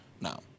Now